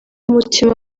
umutima